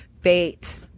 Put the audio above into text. fate